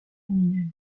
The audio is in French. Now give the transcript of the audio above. familiale